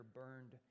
burned